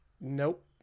Nope